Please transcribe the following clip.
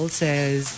says